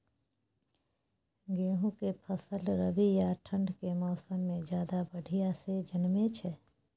गेहूं के फसल रबी आ ठंड के मौसम में ज्यादा बढ़िया से जन्में छै?